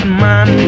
man